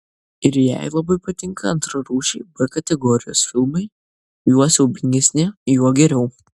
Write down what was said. ir jai labai patinka antrarūšiai b kategorijos filmai juo siaubingesni juo geriau